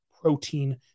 protein